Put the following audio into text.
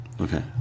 Okay